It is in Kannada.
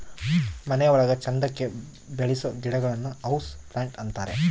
ಮನೆ ಒಳಗ ಚಂದಕ್ಕೆ ಬೆಳಿಸೋ ಗಿಡಗಳನ್ನ ಹೌಸ್ ಪ್ಲಾಂಟ್ ಅಂತಾರೆ